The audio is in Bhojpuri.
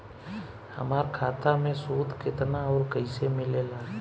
हमार खाता मे सूद केतना आउर कैसे मिलेला?